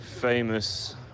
famous